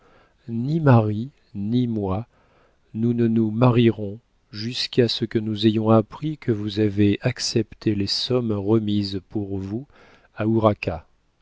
ni marie ni moi nous ne nous marierons jusqu'à ce que nous ayons appris que vous avez accepté les sommes remises pour vous à